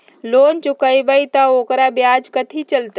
Loan चुकबई त ओकर ब्याज कथि चलतई?